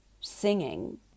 singing